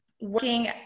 working